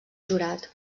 jurat